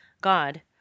God